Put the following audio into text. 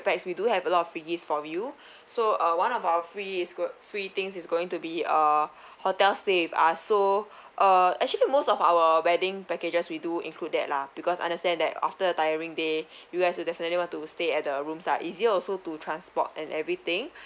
pax we do have a lot of free gifts for you so uh one of our free is go~ free things is going to be uh hotel stay with us so uh actually most of our wedding packages we do include that lah because understand that after a tiring day you guys will definitely want to stay at the rooms lah easier also to transport and everything